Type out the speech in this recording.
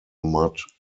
mud